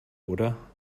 oder